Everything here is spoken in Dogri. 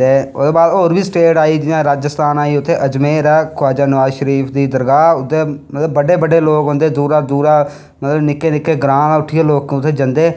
ते ओह्दे बाद होर बी स्टेट आई जियां राजस्थान उत्थें अजमेर ऐ ख्वाज़ा नवाज़ शरीफ दी दरगाह उत्थें मतलब बड्डे बड्डे लोग औंदे दूरा दूरा मतलब निक्के निक्के ग्रां दा उट्ठियै लोग उत्थें जंदे